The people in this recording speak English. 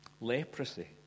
Leprosy